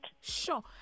Sure